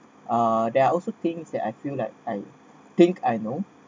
uh there are also things that I feel that I think I know